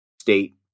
state